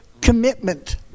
commitment